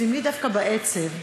סמלי דווקא בעצב,